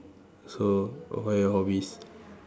so what are your hobbies